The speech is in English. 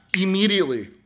immediately